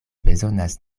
bezonas